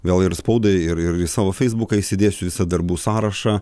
gal ir spaudai ir ir ir į savo feisbuką įsidėsiu visą darbų sąrašą